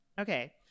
Okay